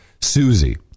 Susie